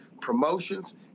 promotions